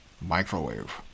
microwave